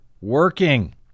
working